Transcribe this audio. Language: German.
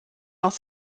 aus